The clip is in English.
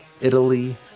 Italy